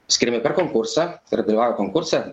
skiriami per konkursą ir dalyvauja konkurse